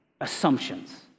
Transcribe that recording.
assumptions